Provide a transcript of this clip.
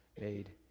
made